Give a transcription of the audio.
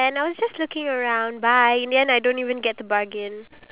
but that's not something that you did towards me